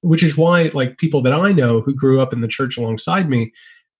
which is why it's like people that i know who grew up in the church alongside me